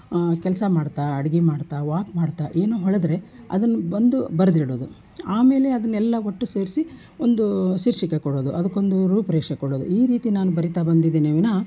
ಕೆಲಸ ಮಾಡ್ತಾ ಅಡುಗೆ ಮಾಡ್ತಾ ವಾಕ್ ಮಾಡ್ತಾ ಏನೋ ಹೊಳೆದ್ರೆ ಅದನ್ನ ಬಂದು ಬರ್ದಿಡೋದು ಆಮೇಲೆ ಅದನ್ನೆಲ್ಲ ಒಟ್ಟು ಸೇರಿಸಿ ಒಂದು ಶೀರ್ಷಿಕೆ ಕೊಡೋದು ಅದಕ್ಕೊಂದು ರೂಪು ರೇಶೆ ಕೊಡೋದು ಈ ರೀತಿ ನಾನು ಬರಿತಾ ಬಂದಿದ್ದೇನೆ ವಿನಃ